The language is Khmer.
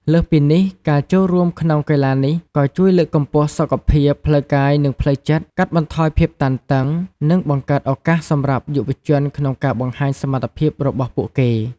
លើសពីនេះ ការចូលរួមក្នុងកីឡានេះក៏ជួយលើកកម្ពស់សុខភាពផ្លូវកាយ និងផ្លូវចិត្ត កាត់បន្ថយភាពតានតឹង និងបង្កើតឱកាសសម្រាប់យុវជនក្នុងការបង្ហាញសមត្ថភាពរបស់ពួកគេ។